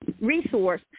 resource